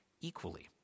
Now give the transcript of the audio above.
equally